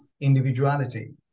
individuality